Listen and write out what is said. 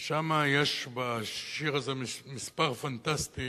ושם יש בשיר הזה משפט פנטסטי,